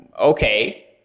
okay